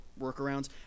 workarounds